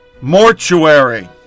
mortuary